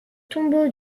tombeau